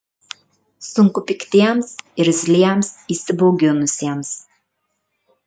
sunku piktiems irzliems įsibauginusiems